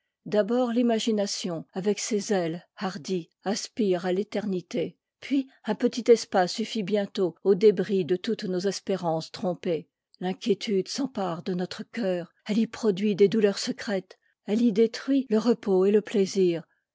d'abord l'imaginàtion avec ses ailes hardies aspire à l'ékternité puis un petit espace suffit bientôt aux débris de toutes nos espérances trompées l'in quiétude s'empare de notre cœur elle y produit des douleurs secrètes elle y détruit le repos et le p